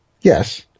Yes